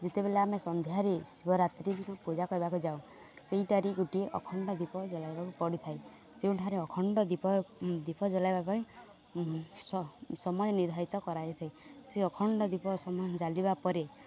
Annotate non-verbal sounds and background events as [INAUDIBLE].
ଯେତେବେଳେ ଆମେ ସନ୍ଧ୍ୟାରେ ଶିବରାତ୍ରି ପୂଜା କରିବାକୁ ଯାଉ ସେଇଟାରେ ଗୋଟିଏ ଅଖଣ୍ଡ ଦୀପ ଜଳାଇବାକୁ ପଡ଼ିଥାଏ ସେଇଠାରେ ଅଖଣ୍ଡ ଦୀପ ଦୀପ ଜଳାଇବା ପାଇଁ ସମୟ ନିର୍ଦ୍ଧାରିତ କରାଯାଇଥାଏ ସେ ଅଖଣ୍ଡ ଦୀପ [UNINTELLIGIBLE] ଜାଳିବା ପରେ